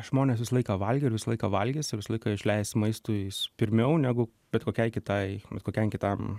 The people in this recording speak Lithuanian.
žmonės visą laiką valgė ir visą laiką valgys visą laiką išleis maistui pirmiau negu bet kokiai kitai bet kokiam kitam